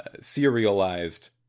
serialized